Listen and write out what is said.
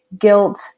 guilt